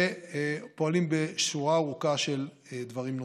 ופועלים בשורה ארוכה של דברים נוספים.